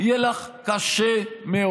יהיה לך קשה מאוד.